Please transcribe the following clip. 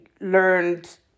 learned